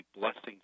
blessings